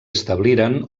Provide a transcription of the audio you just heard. establiren